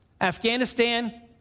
Afghanistan